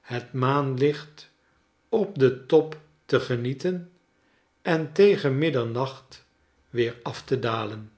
het maanlicht op den top te genieten en tegen middernacht weer af te dalen